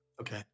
Okay